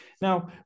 Now